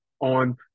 on